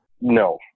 No